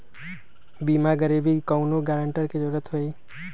बिमा करबी कैउनो गारंटर की जरूरत होई?